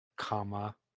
comma